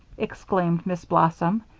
exclaimed miss blossom,